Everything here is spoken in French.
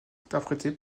interprétées